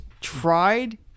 tried